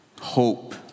hope